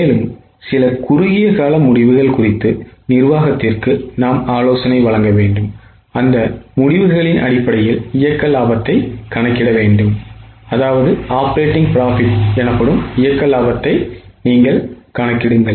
மேலும் சில குறுகிய கால முடிவுகள் குறித்து நிர்வாகத்திற்கு நாம் ஆலோசனை வழங்க வேண்டும் அந்த முடிவுகளின் அடிப்படையில் இயக்க லாபத்தைக் கணக்கிடுங்கள்